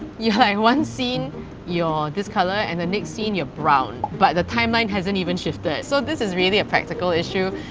you're like one scene you're this colour and the next scene you're brown. but the timeline haven't even shifted so this is really a practical issue.